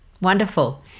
wonderful